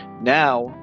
Now